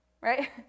right